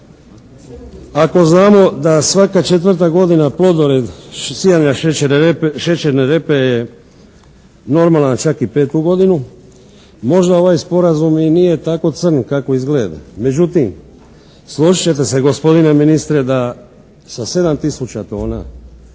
Ako znamo da svaka 4. godina plodored sijanja šećerne repe je normalan čak i 5. godinu možda ovaj sporazum i nije tako crn kako izgleda. Međutim, složit ćete se, gospodine ministre, da sa 7 tisuća